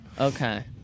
Okay